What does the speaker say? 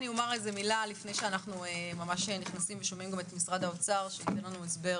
לפני אנחנו ממש נכנסים ושומעים גם את משרד האוצר שייתן לנו הסבר